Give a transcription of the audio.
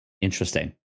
Interesting